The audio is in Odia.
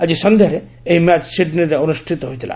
ଆଜି ସନ୍ଧ୍ୟାରେ ଏହି ମ୍ୟାଚ୍ ସିଡ୍ନୀରେ ଅନୁଷ୍ଠିତ ହୋଇଥିଲା